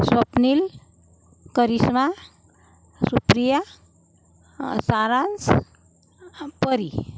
स्वप्निल करिष्मा सुप्रिया सारांश परी